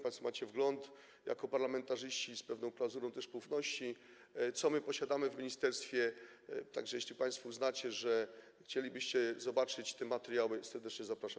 Państwo macie wgląd jako parlamentarzyści, z pewną klauzulą też poufności, do tego, co my posiadamy w ministerstwie, tak że jeśli państwo uznacie, że chcielibyście zobaczyć te materiały, serdecznie zapraszam.